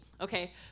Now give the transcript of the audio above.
Okay